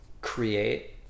create